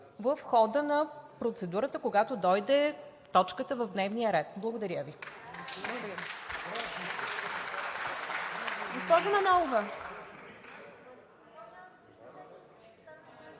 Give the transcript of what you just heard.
в хода на процедурата, когато дойде точката в дневния ред. Благодаря Ви.